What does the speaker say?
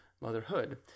motherhood